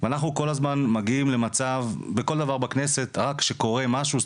ואנחנו כל הזמן מגיעים למצב בכל דבר בכנסת רק כשקורה משהו,